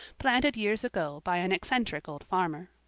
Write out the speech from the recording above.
planted years ago by an eccentric old farmer.